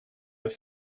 have